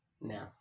No